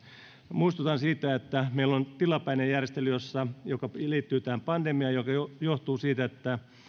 muistutan siitä että meillä on tilapäinen järjestely joka liittyy tähän pandemiaan ja joka johtuu siitä että